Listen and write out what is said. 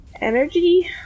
energy